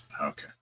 Okay